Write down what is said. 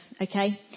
okay